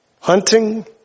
hunting